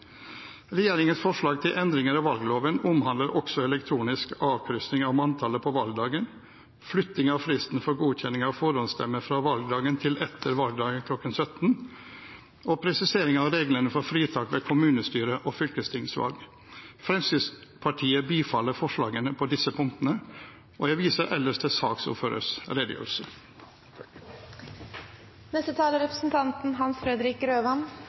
Regjeringens forslag til endringer av valgloven omhandler også elektronisk avkryssing i manntallet på valgdagen, flytting av fristen for godkjenning av forhåndsstemmer fra valgdagen til dagen etter valgdagen kl. 17 og presisering av reglene for fritak ved kommunestyre- og fylkestingsvalg. Fremskrittspartiet bifaller forslagene på disse punktene, og jeg viser ellers til saksordførerens redegjørelse.